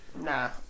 Nah